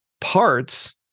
parts